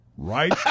Right